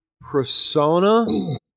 persona